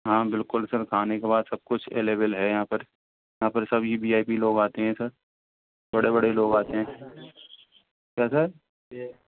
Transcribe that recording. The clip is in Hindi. हाँ बिल्कुल सर खाने के बाद सब कुछ अवलेबेल है यहाँ पर यहाँ पर सभी वी आई पी लोग आते हैं सर बड़े बड़े लोग आते हैं क्या सर